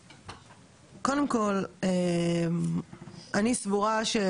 אני סבורה שבדיוק כמו שעשיתם ואת אמרת את זה בעצמך אפרת,